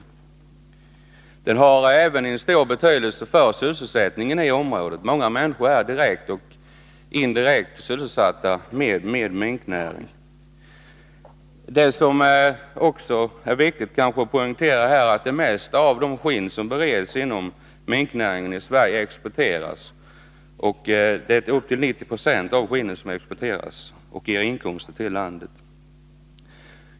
Minknäringen har även stor betydelse för sysselsättningen i området. Många människor är direkt eller indirekt sysselsatta genom denna näring. Det är också viktigt att poängtera att de flesta av de skinn som bereds i minknäringen, upp till 80-90 96, exporteras och därigenom ger inkomster till landet.